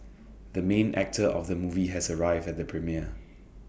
the main actor of the movie has arrived at the premiere